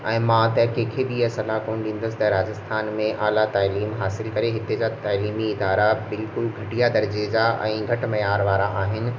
ऐं मां त कंहिंखें बि इहे सलाह कोन ॾींदुसि त राजस्थान में आला ताइलीम हासिलु करे हिते जा तइलीमी इदारा बिल्कुलु घटिया दर्जे जा ऐं घटि मयारु वारा आहिनि